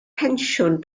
pensiwn